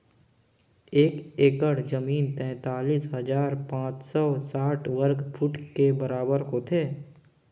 एक एकड़ जमीन तैंतालीस हजार पांच सौ साठ वर्ग फुट के बराबर होथे